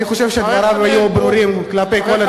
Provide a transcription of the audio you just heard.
אני חושב שדבריו היו ברורים כלפי כל הציבור.